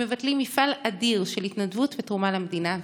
מבטלים מפעל אדיר של התנדבות ותרומה למדינה,